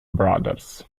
brothers